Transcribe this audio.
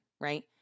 right